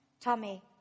Tommy